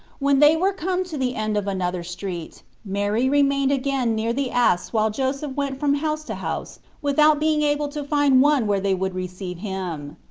when they were come to the end of another street mary remained again near the ass while joseph went from house to house without being able to find one where they would receive him.